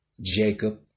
Jacob